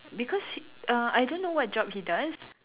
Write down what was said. because she uh I don't know what job he does